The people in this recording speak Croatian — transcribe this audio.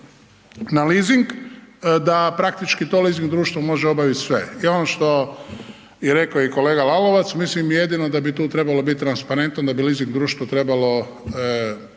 na leasing, da praktički to leasing društvo može obavit sve. I ono što je rekao i kolega Lalovac, mislim jedino da bi tu trebalo bit transparentno da bi leasing društvo trebalo